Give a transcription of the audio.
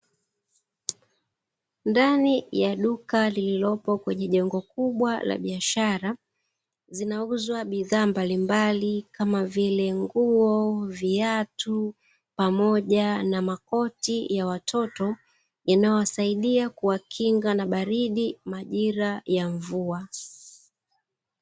Ndani ya duka lililopo kwenye jengo kubwa la biashara zinauzwa bidhaa mbalimbali kama vile nguo, viatu pamoja na makoti ya watoto yanayowasaidia kukinga na baridi majira ya wamvua.